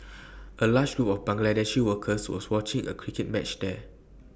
A large group of Bangladeshi workers was watching A cricket match there